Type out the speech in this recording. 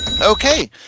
Okay